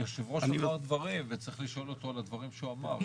היו"ר אמר דברים וצריך לשאול אותו על הדברים שהוא אמר,